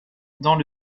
dans